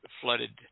flooded